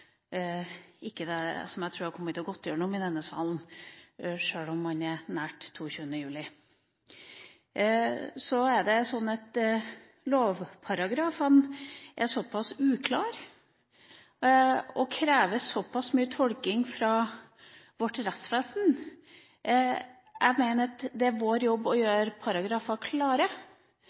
ikke noe jeg tror ville gått gjennom i denne salen, selv om det ikke er lenge siden 22. juli. Lovparagrafene er såpass uklare og krever mye tolking fra vårt rettsvesen. Jeg mener at det er vår jobb å gjøre paragrafer klare.